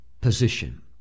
position